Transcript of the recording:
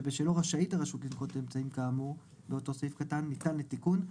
שבשלו רשאית הרשות לנקוט באמצעים כאמור באותו סעיף קטן ניתן לתיקון,